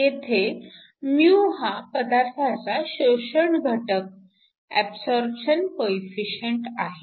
येथे μ हा पदार्थाचा शोषण घटक ऍबसॉरपशन कोइफिसिएंट absorption coefficient आहे